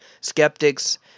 skeptics